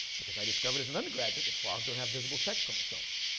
because i discovered as an undergraduate that frogs don't have visible sex chromosomes.